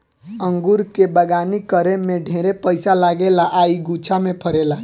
अंगूर के बगानी करे में ढेरे पइसा लागेला आ इ गुच्छा में फरेला